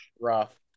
Rough